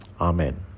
Amen